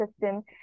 system